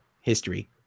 history